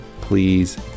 please